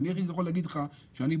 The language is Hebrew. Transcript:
אני יכול להגיד לך שבוקר-בוקר,